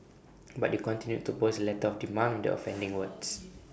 but you continued to post the letter of demand the offending words